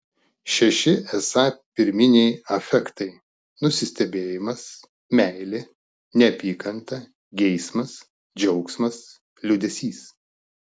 šeši esą pirminiai afektai nusistebėjimas meilė neapykanta geismas džiaugsmas liūdesys